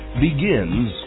begins